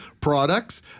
products